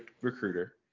recruiter